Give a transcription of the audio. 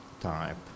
type